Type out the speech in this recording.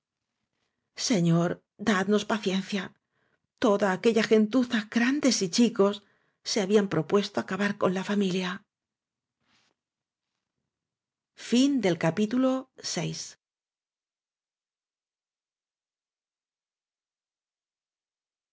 señor dadnos paciencia toda aquella gentuza grandes y chicos se habían propuesta acabar con la familia